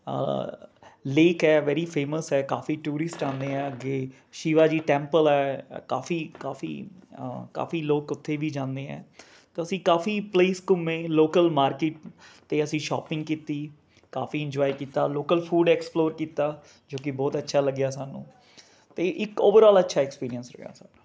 lake ਹੈ very famous ਹੈ ਕਾਫੀ ਟੂਰਿਸਟ ਆਉਂਦੇ ਹੈ ਅੱਗੇ ਸ਼ਿਵਾਜੀ ਟੈਂਪਲ ਹੈ ਕਾਫੀ ਕਾਫੀ ਕਾਫੀ ਲੋਕ ਉੱਥੇ ਵੀ ਜਾਂਦੇ ਹੈ ਅਸੀਂ ਕਾਫੀ ਪਲੇਸ ਘੁੰਮੇ ਲੋਕਲ ਮਾਰਕਿਟ ਅਤੇ ਅਸੀਂ ਸ਼ੋਪਿੰਗ ਕੀਤੀ ਕਾਫੀ ਇੰਜੋਏ ਕੀਤਾ ਲੋਕਲ ਫੂਡ ਐਕਪਲੋਰ ਕੀਤਾ ਕਿਉਂਕਿ ਬਹੁਤ ਅੱਛਾ ਲੱਗਿਆ ਸਾਨੂੰ ਅਤੇ ਇੱਕ ਓਵਰਔਲ ਅੱਛਾ ਐਕਸਪੀਰੀਐਂਸ ਰਿਹਾ ਸਾਡਾ